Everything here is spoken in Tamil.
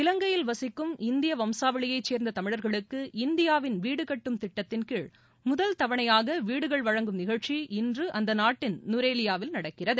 இலங்கையில் வசிக்கும் இந்திய வம்சாவளியைச் சேர்ந்த தமிழர்களுக்கு இந்தியாவின் வீடுகட்டும் திட்டத்தின் கீழ் முதல் தவணையாக இன்று வீடுகள் வழங்கும் நிகழ்ச்சி இன்று அந்த நாட்டின் நுரேலியாவில் நடக்கிறது